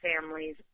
families